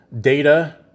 data